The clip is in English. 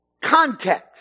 context